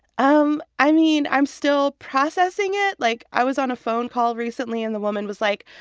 um i mean, i'm still processing it. like, i was on a phone call recently, and the woman was, like,